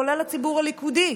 כולל הציבור הליכודי,